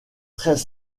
très